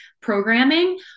programming